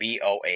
BOA